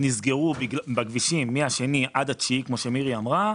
נסגרו מה-2 באוגוסט עד ה-2 באוגוסט,